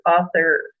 author